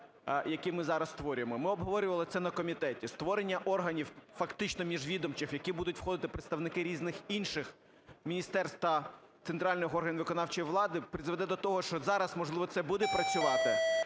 які ми зараз створюємо. Ми обговорювали це на комітеті: створення органів фактично міжвідомчих, в які будуть входити представники різних інших міністерств та центральних органів виконавчої влади призведе до того, що зараз, можливо, це буде працювати,